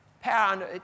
Power